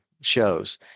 shows